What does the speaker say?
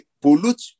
pollute